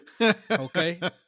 Okay